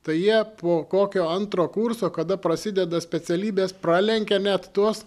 tai jie po kokio antro kurso kada prasideda specialybės pralenkia net tuos